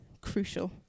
crucial